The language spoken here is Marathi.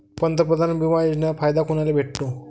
पंतप्रधान बिमा योजनेचा फायदा कुनाले भेटतो?